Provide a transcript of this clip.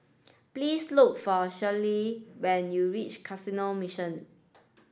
please look for Sherie when you reach Canossian Mission